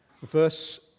verse